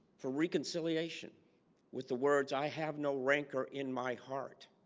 for reconciliation with the words i have no rancor in my heart